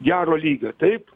gero lygio taip